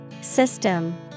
System